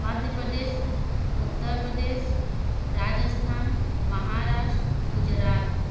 Madhya Pradesh Uttar Pradesh Rajasthan Maharashtra Gujarat